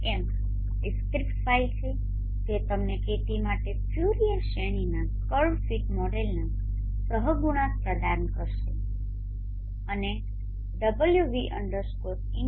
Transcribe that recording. m એ script file છે જે તમને kt માટે ફ્યુરિયર શ્રેણીના કર્વ ફીટ મોડેલના સહગુણાંક પ્રદાન કરશે અને wv India